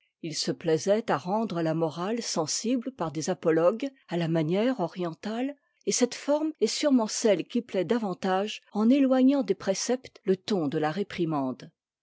il se plaisait à rendre la morale sensible par des apologues à la manière orientale et cette forme est sûrement celle qui plaît davantage en éloignant des préceptes le ton de ia réprimande